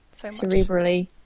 cerebrally